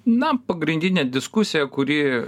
na pagrindinė diskusija kuri